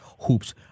Hoops